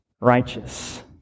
righteous